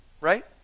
right